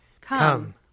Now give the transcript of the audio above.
Come